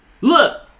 Look